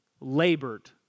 labored